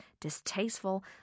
distasteful